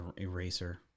eraser